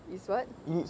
is what